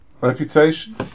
Reputation